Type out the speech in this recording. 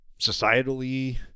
societally